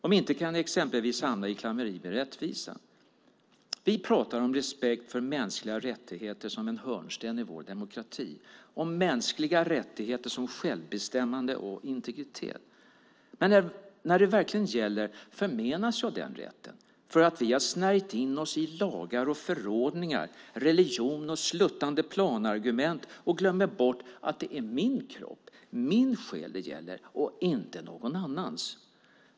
Om inte kan jag exempelvis hamna i klammeri med rättvisan. Vi pratar om respekt för mänskliga rättigheter som en hörnsten i vår demokrati, om mänskliga rättigheter som självbestämmande och integritet. Men när det verkligen gäller förmenas jag den rätten för att vi har snärjt in oss i lagar och förordningar, religion och sluttande-plan-argument och glömmer bort att det är min kropp och min själ det gäller och inte någon annans.